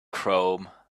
chrome